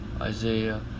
Isaiah